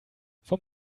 vom